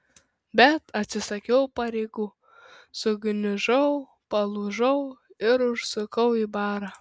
bet atsisakiau pareigų sugniužau palūžau ir užsukau į barą